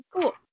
Cool